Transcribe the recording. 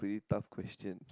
pretty tough question